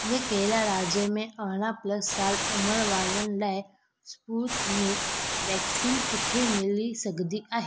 उहे कहिड़ा राज्य में अरिड़हं प्लस साल उमिरि वारनि लाइ स्पुतनिक वैक्सीन किथे मिली सघंदी आहे